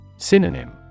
Synonym